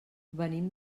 venim